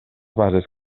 bases